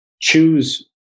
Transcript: choose